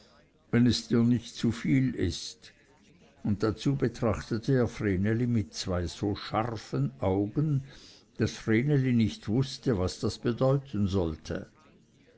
wenn es dir nicht zu viel ist und dazu betrachtete er vreneli mit zwei so scharfen augen daß vreneli nicht wußte was das bedeuten sollte